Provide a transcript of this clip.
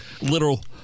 Literal